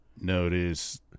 notice